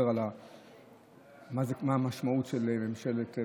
בהתחלה עוד היה לך הסבר מה המשמעות של ממשלת מעבר.